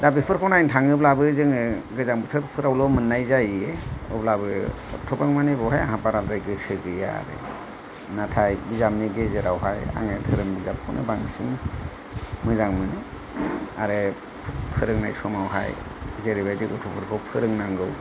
दा बोफोरखौ नायनो थाङोब्लाबो जोङो गोजां बोथोरफ्रावल' मोननाय जायो अब्लाबो एथ'बांमानि बावहाय आंहा बाराद्राय गोसो गैया आरो नाथाय बिजाबनि गेजेरावहाय आङो धोरोम बिजाबखौनो बांसिन मोजां मोनो आरो फोरोंनाय समावहाय जेरैबायदि गथ'फोरखौ फोरोंनांगौ